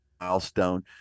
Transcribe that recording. milestone